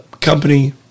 company